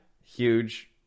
Huge